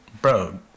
bro